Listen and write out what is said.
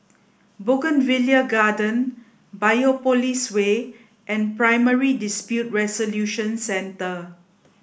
Bougainvillea Garden Biopolis Way and Primary Dispute Resolution Centre